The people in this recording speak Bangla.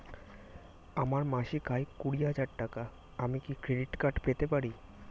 আমার মাসিক আয় কুড়ি হাজার টাকা আমি কি ক্রেডিট কার্ড পেতে পারি?